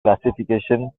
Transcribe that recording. classification